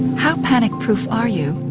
how panic proof are you?